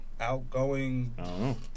Outgoing